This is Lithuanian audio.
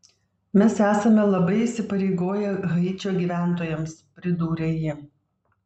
mes esame labai įsipareigoję haičio gyventojams pridūrė ji